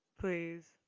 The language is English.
Please